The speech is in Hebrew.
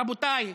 רבותיי,